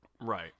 Right